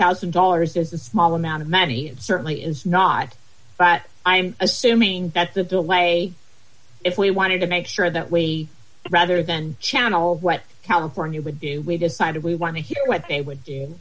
thousand dollars there's a small amount of money certainly is not but i'm assuming that the delay if we wanted to make sure that we rather than channel what california would be we decided we want to hear what they would do